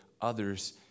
others